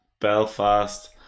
Belfast